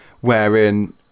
wherein